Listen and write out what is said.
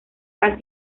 han